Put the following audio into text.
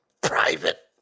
private